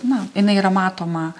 na jinai yra matoma